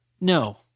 No